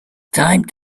time